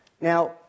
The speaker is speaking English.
Now